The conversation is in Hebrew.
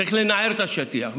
צריך לנער את השטיח.